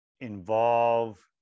involve